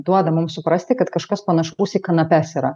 duoda mum suprasti kad kažkas panašaus į kanapes yra